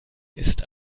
ist